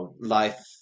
life